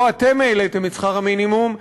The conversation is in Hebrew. לא אתם העליתם את שכר המינימום,